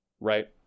right